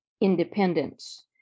independence